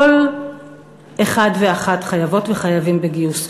כל אחד ואחת חייבות וחייבים בגיוס,